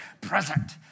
Present